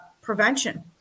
prevention